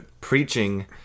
preaching